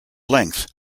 length